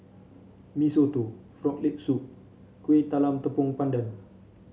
Mee Soto Frog Leg Soup Kuih Talam Tepong Pandan